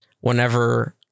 whenever